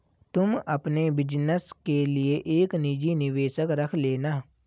तुम अपने बिज़नस के लिए एक निजी निवेशक रख लेना